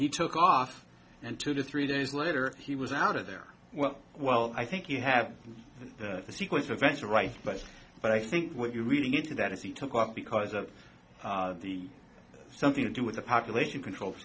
he took off and two to three days later he was out of there well well i think you have the sequence of events right but but i think what you're reading into that is he took off because of something to do with the population control